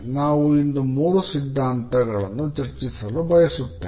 ನಾನು ಇಂದು ಮೂರು ಸಿದ್ಧಾಂತಗಳನ್ನು ಚರ್ಚಿಸಲು ಬಯಸುತ್ತೇನೆ